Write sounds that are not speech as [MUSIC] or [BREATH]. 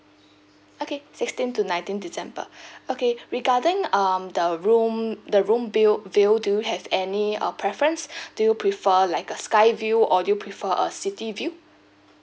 okay sixteenth to nineteenth december [BREATH] okay regarding um the room the room view view do you have any uh preference [BREATH] do you prefer like a sky view or do you prefer a city view